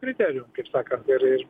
kriterijum kaip sakant ir ir